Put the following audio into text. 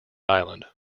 island